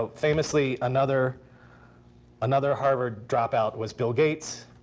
ah famously, another another harvard dropout was bill gates.